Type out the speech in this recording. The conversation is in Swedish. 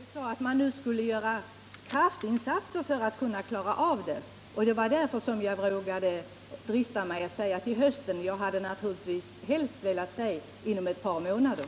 Herr talman! Statsrådet sade att man nu skulle göra kraftinsatser för att klara balanserna. Det var därför som jag dristade mig till att säga ”före hösten”. Jag hade naturligtvis helst velat säga ”inom ett par månader”.